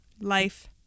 life